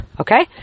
Okay